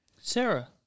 Sarah